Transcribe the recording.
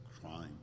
crime